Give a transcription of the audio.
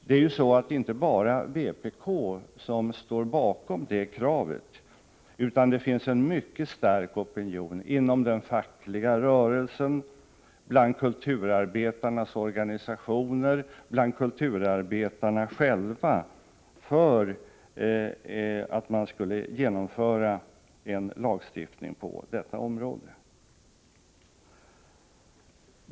Det är ju inte bara vpk som står bakom det kravet, utan det finns en mycket stark opinion inom den fackliga rörelsen, bland kulturarbetarnas organisationer och bland kulturarbetarna själva för att man skall genomföra en lagstiftning på detta område.